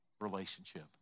relationship